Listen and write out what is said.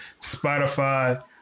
Spotify